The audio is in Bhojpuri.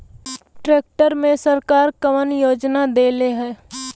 ट्रैक्टर मे सरकार कवन योजना देले हैं?